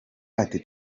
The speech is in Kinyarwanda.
ati